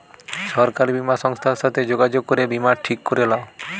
সরকারি বীমা সংস্থার সাথে যোগাযোগ করে বীমা ঠিক করে লাও